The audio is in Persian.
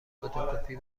فتوکپی